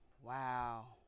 Wow